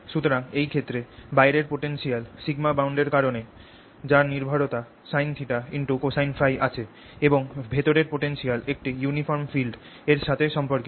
সুতরাং এই ক্ষেত্রে বাইরের পোটেনশিয়াল সিগমা বাউন্ডের কারণে যার নির্ভরতা sinθ cosineՓ আছে এবং ভেতরের পোটেনশিয়াল একটি ইউনিফর্ম ফিল্ড এর সাথে সম্পর্কিত